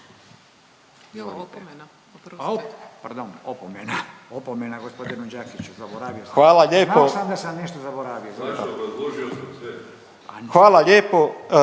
Hvala lijepo.